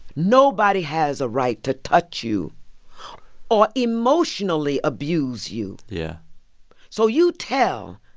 nobody has a right to touch you or emotionally abuse you yeah so you tell,